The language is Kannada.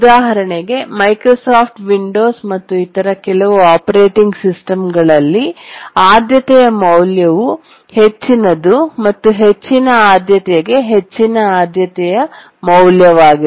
ಉದಾಹರಣೆಗೆ ಮೈಕ್ರೋಸಾಫ್ಟ್ ವಿಂಡೋಸ್ ಮತ್ತು ಇತರ ಕೆಲವು ಆಪರೇಟಿಂಗ್ ಸಿಸ್ಟಂಗಳಲ್ಲಿ ಆದ್ಯತೆಯ ಮೌಲ್ಯವು ಹೆಚ್ಚಿನದು ಮತ್ತು ಹೆಚ್ಚಿನ ಆದ್ಯತೆಗೆ ಹೆಚ್ಚಿನ ಆದ್ಯತೆಯ ಮೌಲ್ಯವಾಗಿದೆ